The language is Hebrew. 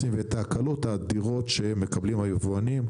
ואת ההקלות האדירות שמקבלים היבואנים.